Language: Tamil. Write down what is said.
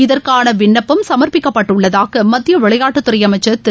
இதற்கான விண்ணப்பம் சமாப்பிக்கப்பட்டுள்ளதாக மத்திய விளையாட்டுத்துறை அமைச்சர் திரு